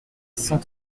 cent